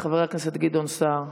חבר הכנסת גדעון סער,